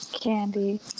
Candy